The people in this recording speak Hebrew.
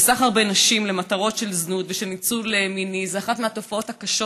וסחר בנשים למטרות של זנות ושל ניצול מיני הוא אחת מהתופעות הקשות,